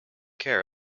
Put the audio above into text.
care